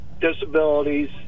disabilities